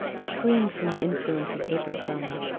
screened from the influence of april suns.